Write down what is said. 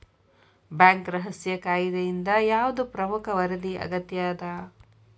Bank ರಹಸ್ಯ ಕಾಯಿದೆಯಿಂದ ಯಾವ್ದ್ ಪ್ರಮುಖ ವರದಿ ಅಗತ್ಯ ಅದ?